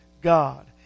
God